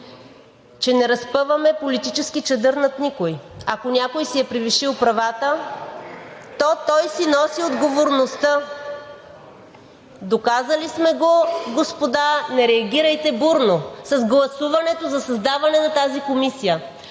че не разпъваме политически чадър над никого. Ако някой си е превишил правата, то той си носи отговорността. (Възгласи: „Еее!“) Доказали сме го, господа, не реагирайте бурно, с гласуването за създаване на тази комисия.